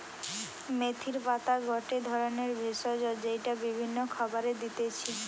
মেথির পাতা গটে ধরণের ভেষজ যেইটা বিভিন্ন খাবারে দিতেছি